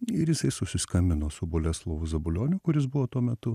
ir jisai susiskambino s su boleslovu zabulioniu kuris buvo tuo metu